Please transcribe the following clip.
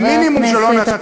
במינימום של הון עצמי,